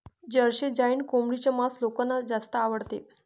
Jersey joint कोंबडीचे मांस लोकांना जास्त आवडते